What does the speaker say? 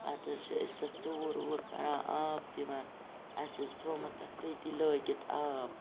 پَتہٕ حظ چھِ تَتھ أسۍ ژوٗر ووٗر کَران آب دِوان اَسہ حظ چھُ تھومُت تَتھ تٔتی لٲگِتھ آب